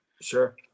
Sure